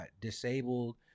disabled